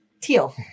Teal